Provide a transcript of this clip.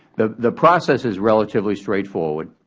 the the process is relatively straightforward.